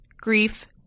grief